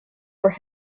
for